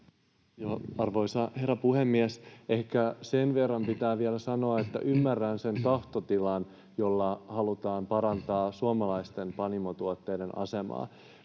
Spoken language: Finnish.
Arvoisa herra puhemies! Ehkä sen verran pitää vielä sanoa, että ymmärrän sen tahtotilan, että halutaan parantaa suomalaisten panimotuotteiden asemaa,